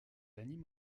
anime